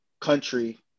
country